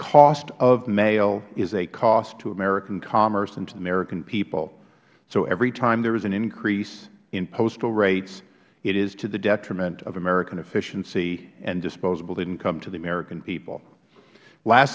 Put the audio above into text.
cost of mail is a cost to american commerce and to the american people so every time there is an increase in postal rates it is to the detriment of american efficiency and disposable income to the american people last